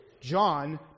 John